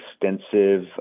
extensive